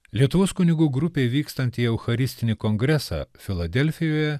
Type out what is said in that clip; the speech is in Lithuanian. lietuvos kunigų grupei vykstant į eucharistinį kongresą filadelfijoje